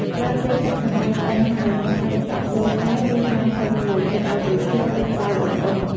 ក្រោយពេលទឹកសណ្ដែកឆ្អិនហើយ អ្នកអាចចាក់ចូលកែវ ឬចានធំមួយ ទុកឱ្យត្រជាក់ ឬក្តៅឧណ្ហៗ។